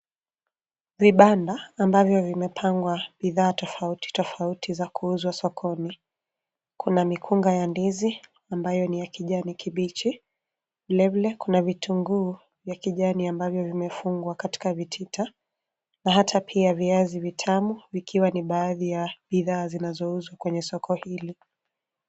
Vibanda ambavyo vimepangwa bidhaa tofauti tofauti za kuuzwa sokoni. Kuna mikunga ya ndizi ambayo ni ya kijani kibichi. Vile vile kuna vitungu vya kijani ambavyo vimefungwa katika vitita na hata pia viazi vitamu vikiwa ni baadhi ya bidhaa zinazouzwa kwenye soko hili.